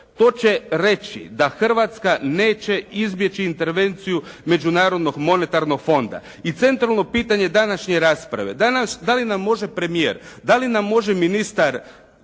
To će reći da Hrvatska neće izbjeći intervenciju Međunarodnog monetarnog fonda. I centralno pitanje današnje rasprave. Da li nam može premijer, da li nam može ministar